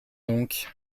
donc